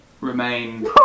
remain